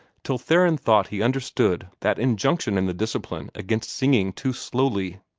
till theron thought he understood that injunction in the discipline against singing too slowly.